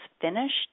finished